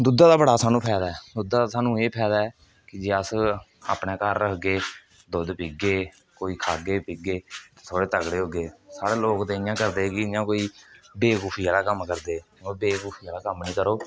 दुद्धै दा बड़ा सानूं फायदा ऐ दुद्धै दा सानूं एह् ऐ फायदा ऐ कि अस जेकर अपने घर रखगे दुद्ध पीगे कोई खागे पीगे ते थोह्ड़े तगड़े होगे साढ़े लोक ते इ'यां करदे कि इयां कोई बेबकूफी आह्ला कम्म करदे ओह् बेबकूफी आह्ला कम्म नेईं करो